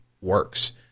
Works